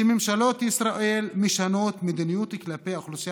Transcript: שממשלות ישראל משנות מדיניות כלפי האוכלוסייה